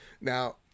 Now